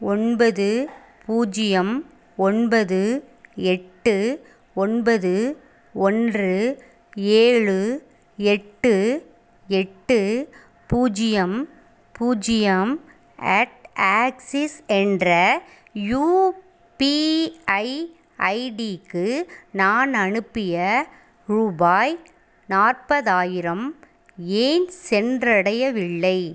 ஒன்பது பூஜ்ஜியம் ஒன்பது எட்டு ஒன்பது ஒன்று ஏழு எட்டு எட்டு பூஜ்ஜியம் பூஜ்ஜியம் அட் ஆக்சிஸ் என்ற யுபிஐ ஐடிக்கு நான் அனுப்பிய ரூபாய் நாற்பதாயிரம் ஏன் சென்றடையவில்லை